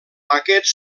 aquests